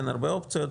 אין הרבה אופציות,